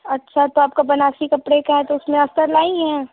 अच्छा तो आपका बनारसी कपड़े का है तो उसमें असतर लाईं हैं